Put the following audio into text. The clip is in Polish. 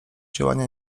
działania